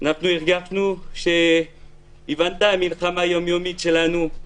הרגשנו שהבנת את המלחמה היום-יומית שלנו,